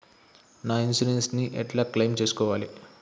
నా ఇన్సూరెన్స్ ని ఎట్ల క్లెయిమ్ చేస్కోవాలి?